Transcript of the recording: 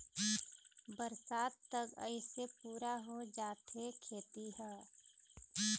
बरसात तक अइसे पुरा हो जाथे खेती ह